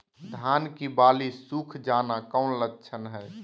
धान की बाली सुख जाना कौन लक्षण हैं?